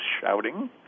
shouting